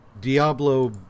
Diablo